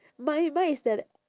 mine mine is the